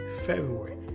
February